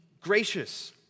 gracious